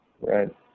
Right